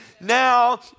Now